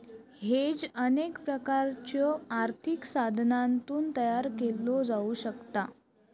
hedge अनेक प्रकारच्यो आर्थिक साधनांतून तयार केला जाऊ शकता